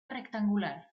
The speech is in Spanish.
rectangular